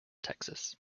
texas